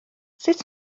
sut